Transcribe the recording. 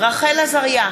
רחל עזריה,